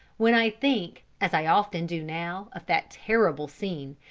when i think, as i often do now, of that terrible scene,